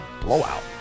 Blowout